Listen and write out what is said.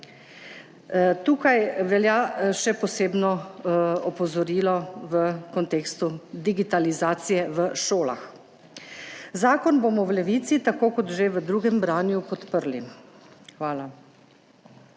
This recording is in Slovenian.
Tukaj velja še posebno opozorilo v kontekstu digitalizacije v šolah. Zakon bomo v Levici, tako kot že v drugem branju, podprli. Hvala.